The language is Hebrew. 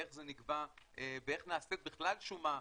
איך זה נקבע ואיך נעשית בכלל שומה.